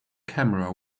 camera